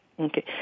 Okay